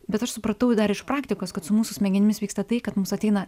bet aš supratau dar iš praktikos kad su mūsų smegenimis vyksta tai kad mus ateina